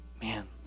Man